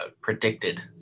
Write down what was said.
predicted